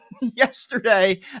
yesterday